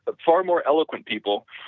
but far more eloquent people